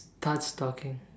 starts talking